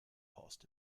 horst